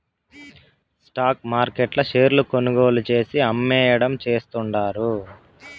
stock మార్కెట్ల షేర్లు కొనుగోలు చేసి, అమ్మేయడం చేస్తండారు